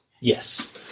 Yes